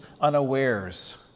unawares